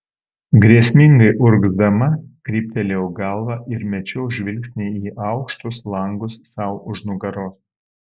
grėsmingai urgzdama kryptelėjau galvą ir mečiau žvilgsnį į aukštus langus sau už nugaros